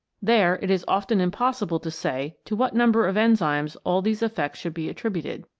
there it is often impossible to say to what number of enzymes all these effects should be attributed.